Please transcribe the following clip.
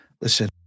Listen